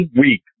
week